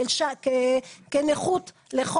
זה מספר מקבלי השירות לפי השירותים.